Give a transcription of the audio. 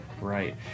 right